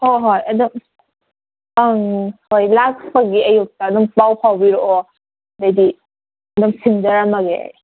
ꯍꯣ ꯍꯣꯏ ꯑꯗꯣ ꯑꯪ ꯍꯣꯏ ꯂꯥꯛꯄꯒꯤ ꯑꯌꯨꯛꯇ ꯑꯗꯨꯝ ꯄꯥꯎ ꯐꯥꯎꯕꯤꯔꯛꯑꯣ ꯑꯗꯨꯗꯩꯗꯤ ꯑꯗꯨꯝ ꯁꯤꯟꯖꯔꯝꯃꯒꯦ ꯑꯩ